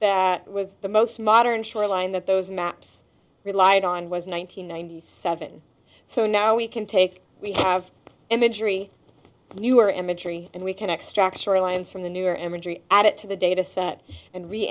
that was the most modern shoreline that those maps relied on was one nine hundred ninety seven so now we can take we have imagery you are imagery and we can extract shorelines from the newer imagery add it to the dataset and re